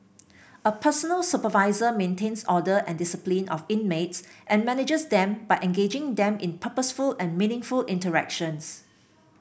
a personal supervisor maintains order and discipline of inmates and manages them by engaging them in purposeful and meaningful interactions